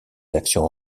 actions